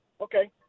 okay